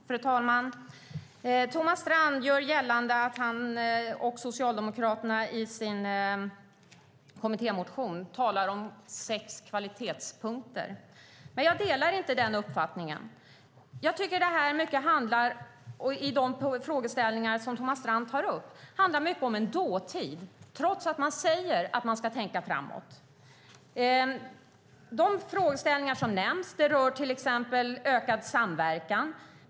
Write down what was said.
Fru talman! Thomas Strand gör gällande att han och Socialdemokraterna i sin kommittémotion talar om sex kvalitetspunkter. Jag delar inte den uppfattningen. Jag tycker att de frågeställningar som Thomas Strand tar upp handlar mycket om dåtid, trots att man säger att man ska tänka framåt. En fråga som nämns är till exempel ökad samverkan.